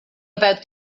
about